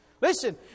Listen